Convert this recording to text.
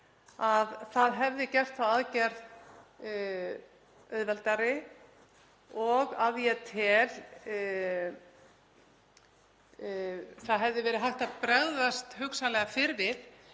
það gert þá aðgerð auðveldari og að ég tel hefði verið hægt að bregðast hugsanlega fyrr